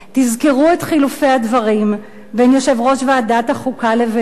תזכרו את חילופי הדברים בין יושב-ראש ועדת החוקה לביני.